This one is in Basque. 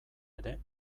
ere